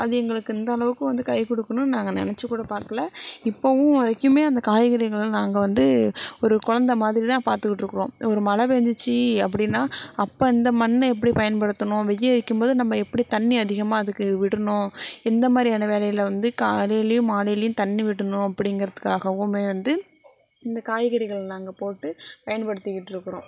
அது எங்களுக்கு இந்தளவுக்கு வந்து கை கொடுக்குன்னு நாங்கள் நெனைச்சி கூட பார்க்கல இப்பவும் வரைக்கும் அந்த காய்கறிகளை நாங்கள் வந்து ஒரு கொழந்தை மாதிரி தான் பார்த்துக்கிட்ருக்கறோம் ஒரு மழை பேய்ஞ்சிச்சி அப்படின்னா அப்போ அந்த மண்ணை எப்படி பயன்படுத்தணும் வெய்ய அடிக்கும்போது நம்ம எப்படி தண்ணி அதிகமாக அதுக்கு விடணும் எந்த மாதிரியான வேளையில் வந்து காலையும் மாலையும் தண்ணி விடணும் அப்படிங்கிறதுக்காகவுமே வந்து இந்த காய்கறிகள் நாங்கள் போட்டு பயன்படுத்திகிட்ருக்கிறோம்